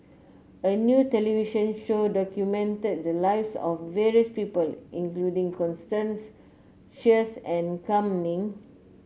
a new television show documented the lives of various people including Constance Sheares and Kam Ning